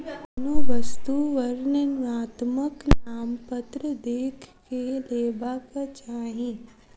कोनो वस्तु वर्णनात्मक नामपत्र देख के लेबाक चाही